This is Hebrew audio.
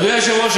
אדוני היושב-ראש,